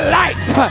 life